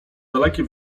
dalekie